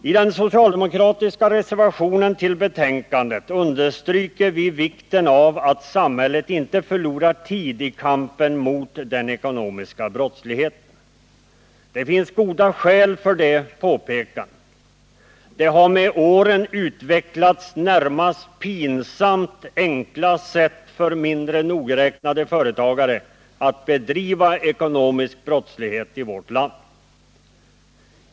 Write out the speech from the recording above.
I den socialdemokratiska reservationen till betänkandet understryker vi vikten av att samhället inte förlorar tid i kampen mot den ekonomiska brottsligheten. Det finns goda skäl för det påpekandet. Det har med åren utvecklats närmast pinsamt enkla sätt för mindre nogräknade företagare att hedriva ekonomisk brottslighet i vårt land.